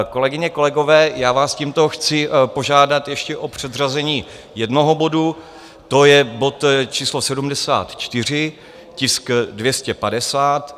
Kolegyně, kolegové, já vás tímto chci požádat ještě o předřazení jednoho bodu, to je bod číslo 74, tisk 250.